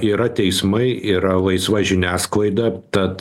yra teismai yra laisva žiniasklaida tad